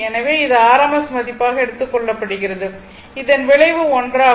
எனவே இது rms மதிப்பாக எடுத்துக் கொள்ளப்படுகிறது இதன் விளைவு ஒன்றாகும்